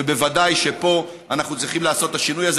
ובוודאי שפה אנחנו צריכים לעשות את השינוי הזה.